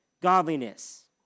godliness